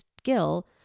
skill